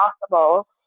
possible